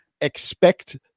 expect